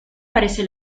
parece